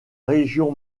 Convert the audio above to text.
région